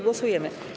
Głosujemy.